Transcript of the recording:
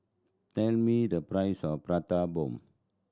tell me the price of Prata Bomb